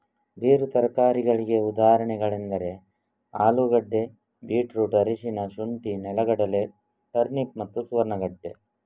ಬೇರು ತರಕಾರಿಗಳಿಗೆ ಉದಾಹರಣೆಗಳೆಂದರೆ ಆಲೂಗೆಡ್ಡೆ, ಬೀಟ್ರೂಟ್, ಅರಿಶಿನ, ಶುಂಠಿ, ನೆಲಗಡಲೆ, ಟರ್ನಿಪ್ ಮತ್ತು ಸುವರ್ಣಗೆಡ್ಡೆ